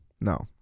No